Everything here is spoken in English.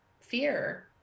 fear